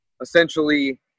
essentially